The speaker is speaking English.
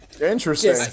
interesting